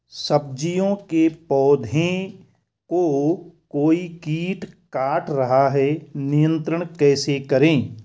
सब्जियों के पौधें को कोई कीट काट रहा है नियंत्रण कैसे करें?